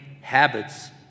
habits